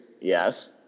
Yes